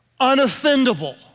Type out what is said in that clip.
unoffendable